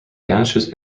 vanishes